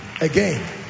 again